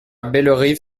bellerive